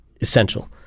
essential